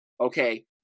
Okay